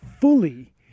fully